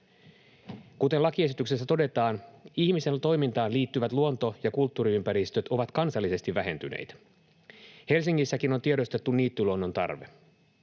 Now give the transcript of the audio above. Kuten lakiesityksessä todetaan, ihmisen toimintaan liittyvät luonto- ja kulttuuriympäristöt ovat kansallisesti vähentyneet. Helsingissäkin on tiedostettu niittyluonnon tarve.